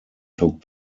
took